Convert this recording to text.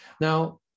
Now